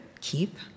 keep